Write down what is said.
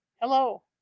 Hello